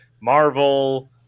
Marvel